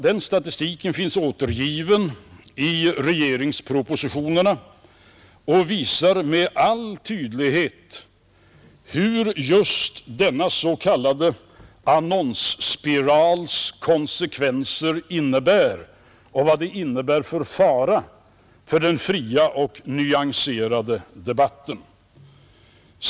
Den statistiken finns återgiven i regeringspropositionerna och visar med all tydlighet hur just den s.k. annonsspiralens konsekvenser ter sig och vad den innebär för faror för den fria och nyanserade debatten.